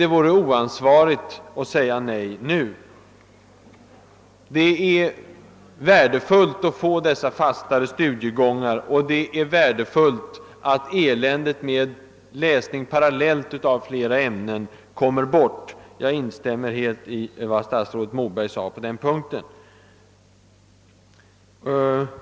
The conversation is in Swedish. Det vore oansvarigt att nu säga nej. Det är värdefullt att få dessa fastare studiegångar och det är värdefullt att eländet med läsning parallellt av flera ämnen kommer bort. Jag instämmer helt i vad statsrådet Moberg sade på den punkten.